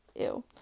ew